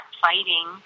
fighting